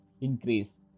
Increase